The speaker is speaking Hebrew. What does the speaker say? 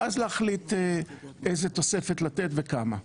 ואז להחליט איזו תוספת לתת וכמה.